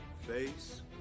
face